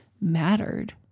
mattered